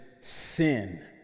sin